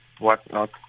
whatnot